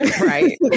Right